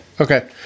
Okay